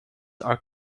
are